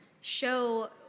show